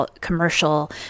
commercial